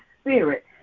spirit